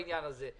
הכנסת ביקשה,